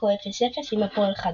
בתיקו 0–0 עם הפועל חדרה.